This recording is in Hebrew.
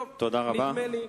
תודה רבה.